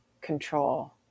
control